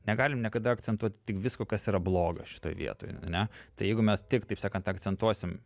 negalim niekada akcentuoti tik visko kas yra bloga šitoj vietoj ar ne tai jeigu mes tik taip sakant akcentuosim